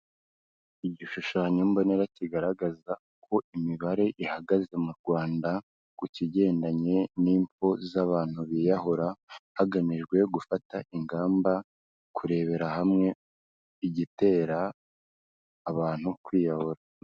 Igishushanyo mbonera kigaragaza uko imibare ihagaze mu Rwanda ku kigendanye n'ingo z'abantu biyahura, hagamijwe gufata ingamba kurebera hamwe igitera abantu kwiyahura.